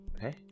hey